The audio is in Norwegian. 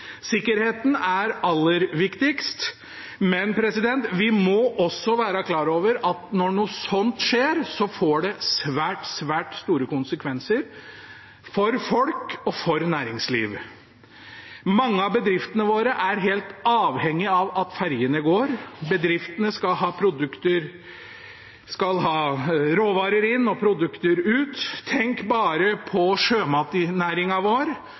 Sikkerheten er aller viktigst, men vi må også være klar over at når noe sånt skjer, får det svært store konsekvenser for folk og for næringsliv. Mange av bedriftene våre er helt avhengig av at ferjene går. Bedriftene skal ha råvarer inn og produkter ut. Tenk bare på sjømatnæringen vår,